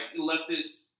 leftist